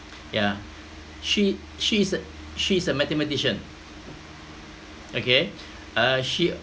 yeah she she is a she is a mathematician okay uh she